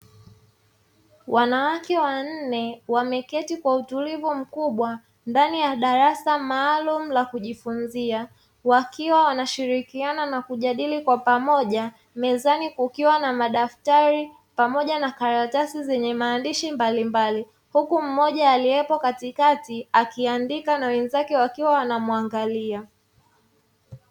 Wanawake wanne wameketi kwa utulivu mkubwa ndani ya darasa maalum la kujifunzia, wakiwa wanashirikiana na kujadili kwa pamoja. Mezani kukiwa na madaftari pamoja na karatasi zenye maandishi mbalimbali, huku mmoja aliyepo katikati akiandika na wenzake wakiwa wanamuangalia.